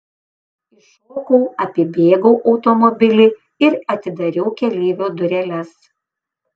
iššokau apibėgau automobilį ir atidariau keleivio dureles